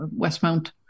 Westmount